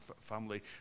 family